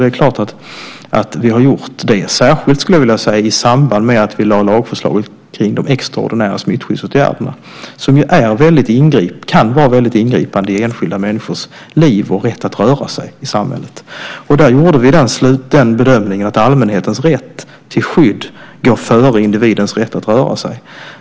Det är klart att vi har gjort det, särskilt i samband med att vi lade fram lagförslaget om de extraordinära smittskyddsåtgärderna. De kan vara väldigt ingripande i enskilda människors liv och rätt att röra sig i samhället. Där gjorde vi den bedömningen att allmänhetens rätt till skydd går före individens rätt att röra sig.